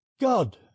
god